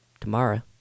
Tomorrow